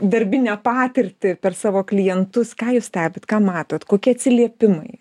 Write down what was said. darbinę patirtį per savo klientus ką jūs stebit ką matot kokie atsiliepimai